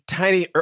tiny